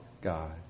God